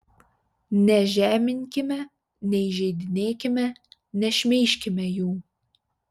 nežeminkime neįžeidinėkime nešmeižkime jų